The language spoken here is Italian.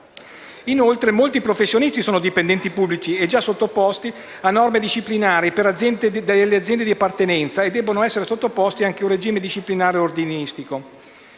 Inoltre molti professionisti sono dipendenti pubblici già sottoposti a norme disciplinari delle aziende di appartenenza e devono essere sottoposti anche al regime disciplinare ordinistico.